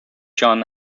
john